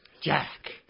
Jack